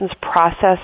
process